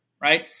right